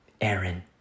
Aaron